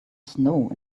snow